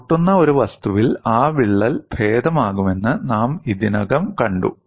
പൊട്ടുന്ന ഒരു വസ്തുവിൽ ആ വിള്ളൽ ഭേദമാകുമെന്ന് നാം ഇതിനകം കണ്ടു